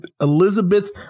Elizabeth